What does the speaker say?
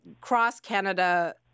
cross-Canada